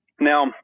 Now